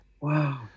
Wow